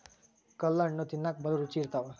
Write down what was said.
ಕಲ್ಲಣ್ಣು ತಿನ್ನಕ ಬಲೂ ರುಚಿ ಇರ್ತವ